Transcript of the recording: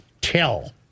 tell